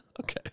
Okay